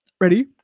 Ready